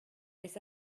les